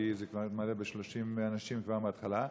כי הם מלאים ב-30 אנשים כבר מהתחלה,